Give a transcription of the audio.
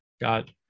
got